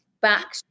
Back